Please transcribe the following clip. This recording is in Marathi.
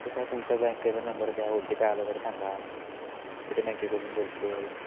ते काय तुमचा बँकेचा नंबर द्या ओ टी पी आला तर सांगा स्टेट बँकेकडून बोलतो आहे